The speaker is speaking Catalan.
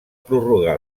prorrogar